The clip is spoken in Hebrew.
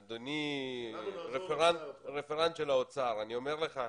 אדוני, הרפרנט של האוצר, אני אומר לך,